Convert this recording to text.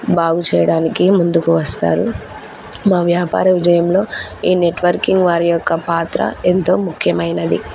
బాగు చెయ్యడానికి ముందుకు వస్తారు మా వ్యాపార విజయంలో ఈ నెట్వర్కింగ్ వారి యొక్క పాత్ర ఎంతో ముఖ్యమైనది